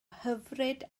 hyfryd